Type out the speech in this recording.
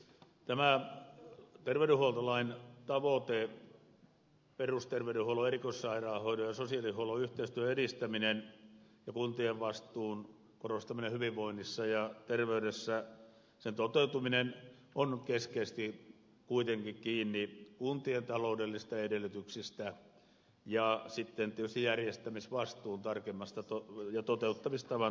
tämä terveydenhuoltolain tavoitteen toteutuminen perusterveydenhuollon erikoissairaanhoidon ja sosiaalihuollon yhteistyön edistäminen ja kuntien vastuun korostaminen hyvinvoinnissa ja terveydessä on kuitenkin keskeisesti kiinni kuntien taloudellisista edellytyksistä ja tietysti järjestämisvastuun ja toteuttamistavan tarkemmasta määrittelystä